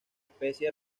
especie